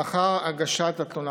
לאחר הגשת התלונה,